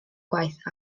gwaith